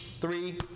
three